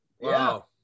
Wow